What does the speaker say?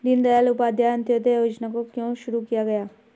दीनदयाल उपाध्याय अंत्योदय योजना को क्यों शुरू किया गया?